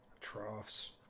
Troughs